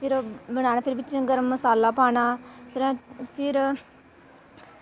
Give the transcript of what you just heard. फिर बनाने फिर बिच्च गरम मसाला पाना ते फिर